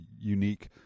unique